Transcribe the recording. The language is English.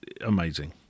amazing